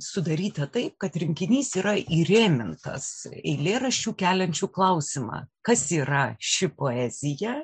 sudarytą taip kad rinkinys yra įrėmintas eilėraščių keliančių klausimą kas yra ši poezija